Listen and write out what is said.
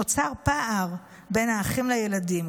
נוצר פער בין האחים לילדים.